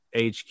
HQ